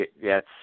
yes